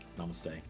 Namaste